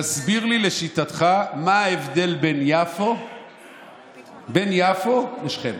תסביר לי לשיטתך מה ההבדל בין יפו לשכם.